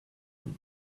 and